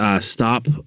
stop